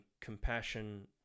compassion